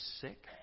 sick